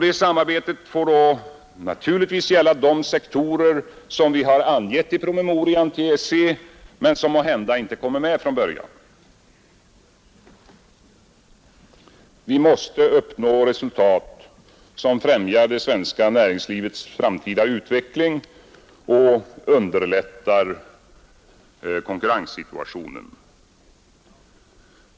Det samarbetet får naturligtvis gälla de sektorer som vi har angivit i promemorian till EEC men som måhända inte kommer med från början. Vi måste uppnå resultat som främjar det svenska näringslivets framtida utveckling och underlättar konkurrenssituationen.